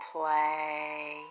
play